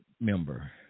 member